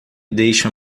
deixa